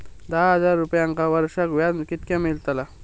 दहा हजार रुपयांक वर्षाक व्याज कितक्या मेलताला?